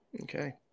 Okay